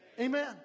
Amen